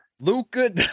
Luca